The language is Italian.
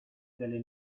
delle